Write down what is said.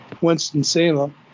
Winston-Salem